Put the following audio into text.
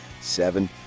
seven